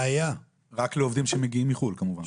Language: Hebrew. רק לעובדים שמגיעים מחו"ל כמובן.